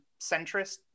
centrist